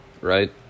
right